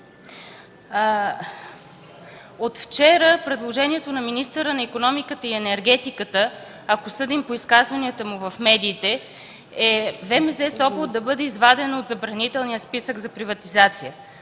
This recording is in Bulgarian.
От вчера предложението на министъра на икономиката и енергетиката, ако съдим по изказванията му в медиите, е ВМЗ – Сопот, да бъде извадено от забранителния списък за приватизация.